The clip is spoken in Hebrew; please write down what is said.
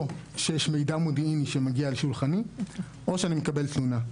או שיש מידע מודיעיני שמגיע לשולחני או שאני מקבל תלונה.